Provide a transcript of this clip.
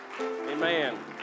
Amen